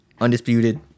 undisputed